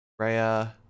Raya